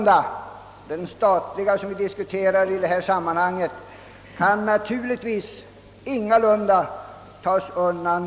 Den statliga förvaltningen kan naturligtvis ingalunda undantagas.